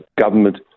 government